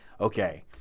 okay